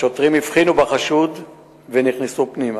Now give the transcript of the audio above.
השוטרים הבחינו בחשוד ונכנסו פנימה.